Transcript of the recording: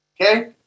okay